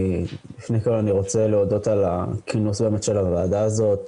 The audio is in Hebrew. לפני הכול אני רוצה להודות על הכינוס של הוועדה הזאת,